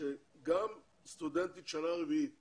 שגם סטודנטית שנה רביעית